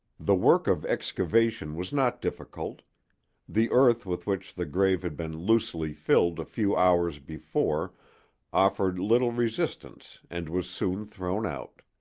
the work of excavation was not difficult the earth with which the grave had been loosely filled a few hours before offered little resistance and was soon thrown out.